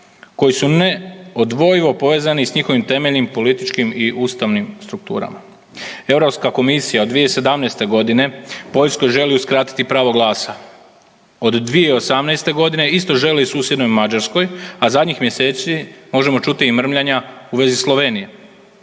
koji su neodvojivo povezani s njihovim temeljnim političkim i ustavnim strukturama. Europska komisija od 2017.g Poljskoj želi uskratiti pravo glasa od 2018. isto želi susjednoj Mađarskoj, a zadnjih mjeseci možemo čuti i mrmljanja u vezi Slovenije.